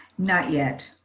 not yet.